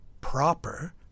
proper